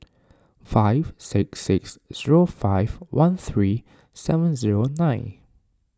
five six six zero five one three seven zero nine